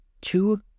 Two